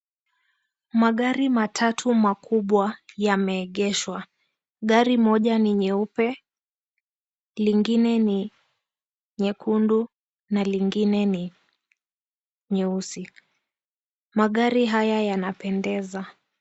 Magari matatu makubwa yameegeshwa. Gari moja ni nyeupe, nyingine ni nyekundu na lingine ni nyeusi. Magari haya yanapendeza.